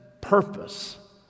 purpose